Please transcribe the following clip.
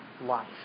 life